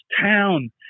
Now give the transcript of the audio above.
town